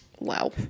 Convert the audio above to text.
wow